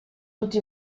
tutti